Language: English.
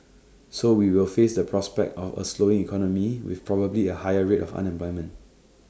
so we will face the prospect of A slowing economy with probably A higher rate of unemployment